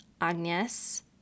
Agnes